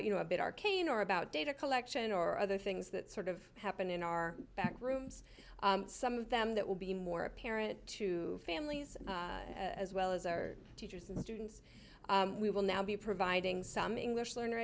you know a bit arcane or about data collection or other things that sort of happen in our back rooms some of them that will be more apparent to families as well as our teachers and students we will now be providing some english learner